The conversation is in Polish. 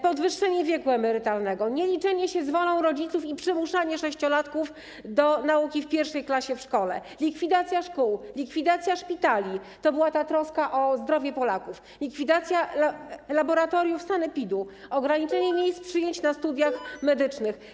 Podwyższenie wieku emerytalnego, nieliczenie się z wolą rodziców i przymuszanie sześciolatków do nauki w I klasie w szkole, likwidacja szkół, likwidacja szpitali - to była ta troska o zdrowie Polaków - likwidacja laboratoriów sanepidu, ograniczenie przyjęć na studia medyczne.